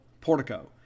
Portico